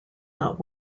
not